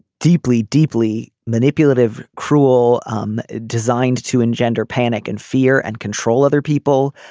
deeply deeply manipulative cruel um designed to engender panic and fear and control other people.